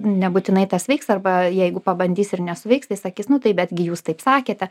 nebūtinai tas veiks arba jeigu pabandys ir nesuveiks tai sakys na taip betgi jūs taip sakėte